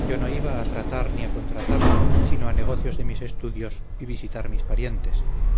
yo no iba a tratar ni a contratar sino a negocios de mis estudios y visitar mis parientes